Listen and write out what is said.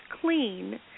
clean